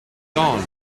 gone